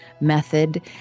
method